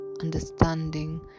understanding